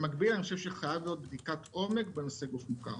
במקביל חייבת להיות בדיקת עומק בנושא של גוף מוכר.